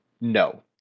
No